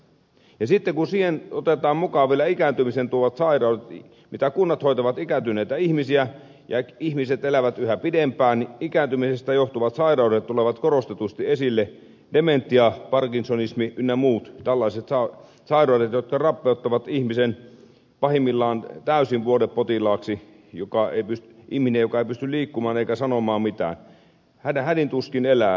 sitten siihen otetaan mukaan vielä ikääntymisen tuomat sairaudet kun kunnat hoitavat ikääntyneitä ihmisiä ja ihmiset elävät yhä pidempään silloin ikääntymisestä johtuvat sairaudet tulevat korostetusti esille dementia parkinsonismi ynnä muut tällaiset sairaudet jotka rappeuttavat ihmisen pahimmillaan täysin vuodepotilaaksi ihmiseksi joka ei pysty liikkumaan eikä sanomaan mitään hädin tuskin elää vuoteessaan